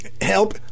help